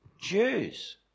Jews